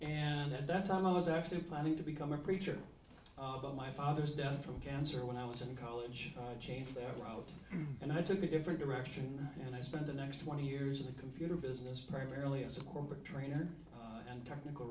and at that time i was actually planning to become a preacher about my father's death from cancer when i was in college so i changed that route and i took a different direction and i spent the next twenty years in the computer business primarily as a corporate trainer and technical